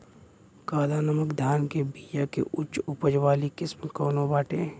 काला नमक धान के बिया के उच्च उपज वाली किस्म कौनो बाटे?